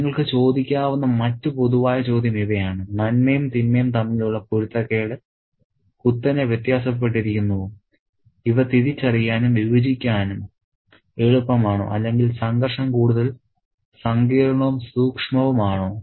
നിങ്ങൾക്ക് ചോദിക്കാവുന്ന മറ്റ് പൊതുവായ ചോദ്യം ഇവയാണ് നന്മയും തിന്മയും തമ്മിലുള്ള പൊരുത്തക്കേട് കുത്തനെ വ്യത്യാസപ്പെട്ടിരിക്കുന്നുവോ ഇവ തിരിച്ചറിയാനും വിഭജിക്കാനും എളുപ്പമാണോ അല്ലെങ്കിൽ സംഘർഷം കൂടുതൽ സങ്കീർണ്ണവും സൂക്ഷ്മവുമാണോ